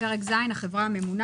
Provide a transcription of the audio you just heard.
החברה הממונה